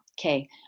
Okay